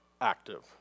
active